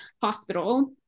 hospital